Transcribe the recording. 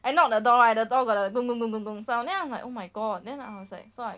I knock the door right the door got 咚咚咚咚咚 sound then I'm like oh my god then I was like so I